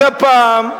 אז הפעם,